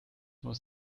muss